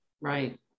Right